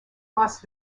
las